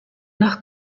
nach